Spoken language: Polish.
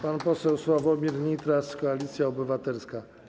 Pan poseł Sławomir Nitras, Koalicja Obywatelska.